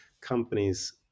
companies